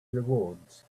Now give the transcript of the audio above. rewards